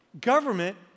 Government